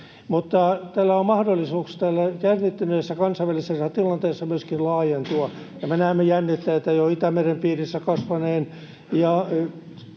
Mutta tällä on mahdollisuus tässä jännittyneessä kansainvälisessä tilanteessa myöskin laajentua, ja me näemme jännitteitä jo Itämeren piirissä kasvaneen.